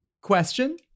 Question